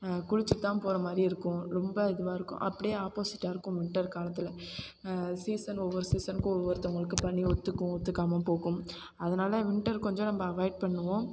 குளித்துட்டு தான் போகிற மாதிரி இருக்கும் ரொம்ப இதுவாக இருக்கும் அப்டி ஆப்போசிட்டாக இருக்கும் வின்டர் காலத்தில் சீசன் ஒவ்வொரு சீசனுக்கும் ஒவ்வொருத்தங்களுக்கு பனி ஒத்துக்கும் ஒத்துக்காமல் போகும் அதனால வின்டர் கொஞ்சம் நம்ம அவாய்ட் பண்ணுவோம்